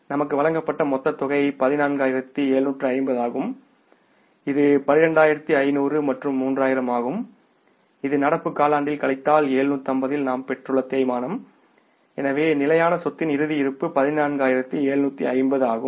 நமக்கு வழங்கப்பட்ட மொத்த தொகை 14750 ஆகும் இது 12500 மற்றும் 3000 ஆகும் இது நடப்பு காலாண்டில் கழித்தல் 750 இல் நாம் பெற்றுள்ள தேய்மானம் எனவே நிலையான சொத்தின் இறுதி இருப்பு 14750 ஆகும்